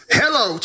hello